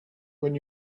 when